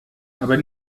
aber